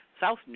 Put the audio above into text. south